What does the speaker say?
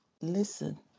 Listen